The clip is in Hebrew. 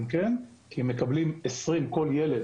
כן - כי הם מקבלים 20 בדיקות הביתה לכל ילד.